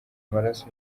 amaraso